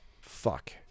fuck